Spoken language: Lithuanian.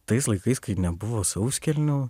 tais laikais kai nebuvo sauskelnių